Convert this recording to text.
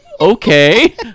okay